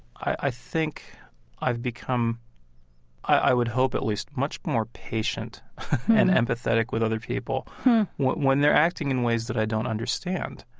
i think i've become i would hope, at least, much more patient and empathetic with other people when they're acting in ways that i don't understand.